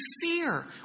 fear